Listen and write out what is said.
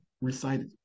recited